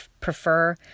prefer